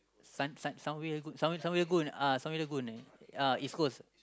sun~ sun~ Sunway-Lagoon sun~ Sunway-Lagoon uh Sunway-Lagoon eh uh East-Coast